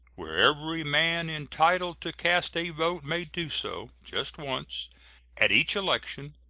where every man entitled to cast a vote may do so, just once at each election,